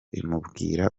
imubwira